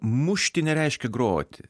mušti nereiškia groti